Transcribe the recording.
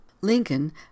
Lincoln